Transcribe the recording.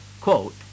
Quote